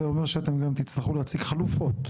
זה אומר שאתם גם תצטרכו להציג חלופות.